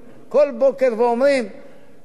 שלא תהיה לכם פרנסה גדולה מדי,